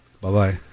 Bye-bye